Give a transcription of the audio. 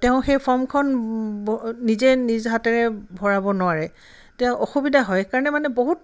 তেওঁ সেই ফৰ্মখন নিজে নিজ হাতেৰে ভৰাব নোৱাৰে তেওঁ অসুবিধা হয় সেইকাৰণে মানে বহুত